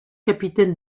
capitaine